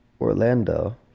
Orlando